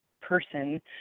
person